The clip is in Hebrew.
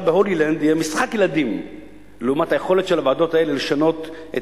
ב"הולילנד" יהיה משחק ילדים לעומת היכולת של הוועדות האלה לשנות את